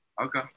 Okay